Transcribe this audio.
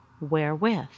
Wherewith